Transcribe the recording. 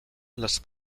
las